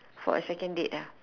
for a second date ah